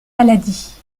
maladie